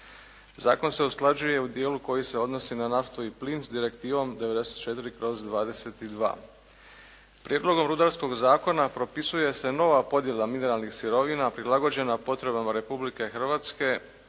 Zakon se usklađuje u dijelu koji se odnosi na naftu i plin s direktivom 94/22. Prijedlogom rudarskog zakona propisuje se nova podjela mineralnih sirovina prilagođena potrebama Republike Hrvatske